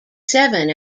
seven